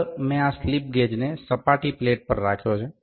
આગળ મેં આ સ્લિપ ગેજને સપાટી પ્લેટ પર રાખ્યો છે